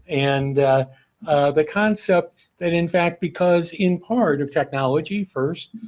and the concept that in fact because in part of technology first,